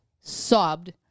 sobbed